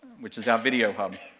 which is our video hub.